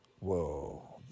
Whoa